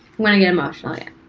when i get emotional. yeah